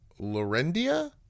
lorendia